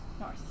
north